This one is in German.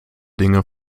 dinge